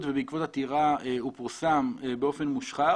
ובעקבות עתירה הוא פורסם באופן מושחר.